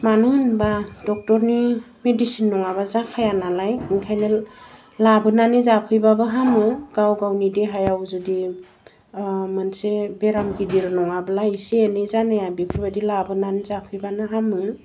मानो होनबा डक्टरनि मेडिसिन नङाबा जाखाया नालाय ओंखायनो लाबोनानै जाफैबाबो हामो गाव गावनि देहायाव जुदि मोनसे बेराम गिदिर नङाब्ला एसे एनै जानाया बेफोरबादि लाबोनानै जाफैबानो हामो